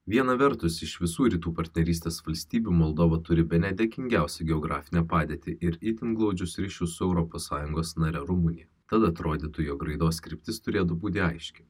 viena vertus iš visų rytų partnerystės valstybių moldova turi bene dėkingiausią geografinę padėtį ir itin glaudžius ryšius su europos sąjungos nare rumunija tad atrodytų jog raidos kryptis turėtų būti aiški